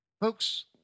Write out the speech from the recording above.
Folks